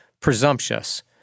presumptuous